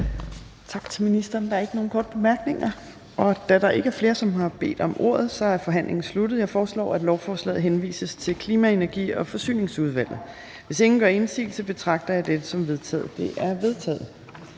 Tak til ministeren. Der er ikke nogen korte bemærkninger. Da der ikke er flere, som har bedt om ordet, er forhandlingen sluttet. Jeg foreslår, at lovforslaget henvises til Klima-, Energi- og Forsyningsudvalget. Hvis ingen gør indsigelse, betragter jeg dette som vedtaget. Det er vedtaget.